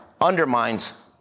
undermines